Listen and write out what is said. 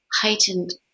heightened